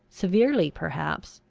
severely perhaps,